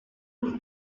his